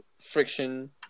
friction